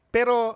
Pero